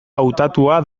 hautatua